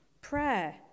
prayer